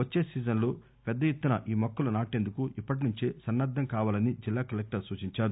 వచ్చే సీజన్ లో పెద్ద ఎత్తున ఈ మొక్కలు నాటేందుకు ఇప్పటి నుంచే సన్నద్దం కావాలని జిల్లా కలెక్టర్ సూచించారు